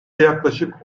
yaklaşık